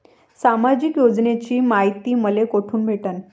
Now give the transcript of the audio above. सामाजिक योजनेची मायती मले कोठून भेटनं?